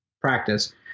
practice